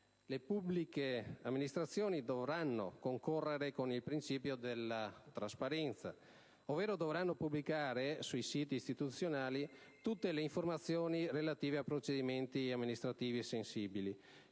Le pubbliche amministrazioni dovranno concorrere con il principio della trasparenza, ovvero dovranno pubblicare sui siti istituzionali tutte le informazioni relative a procedimenti amministrativi "sensibili"